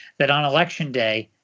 that on election day,